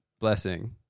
blessing